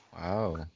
Wow